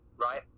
right